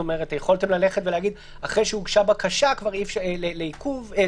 יכולתם להגיד: אחרי שהוגשה בקשה לפתיחת